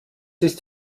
ist